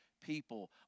people